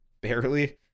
Barely